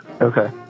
Okay